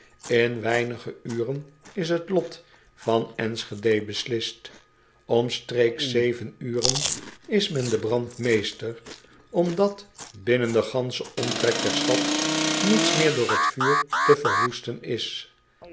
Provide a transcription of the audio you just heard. n weinig uren is het lot van nschede beslist mstreeks uren is men den brand meester omdat binnen den ganschen omtrek der stad niets meer door het vuur te verwoesten is